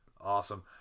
Awesome